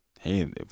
hey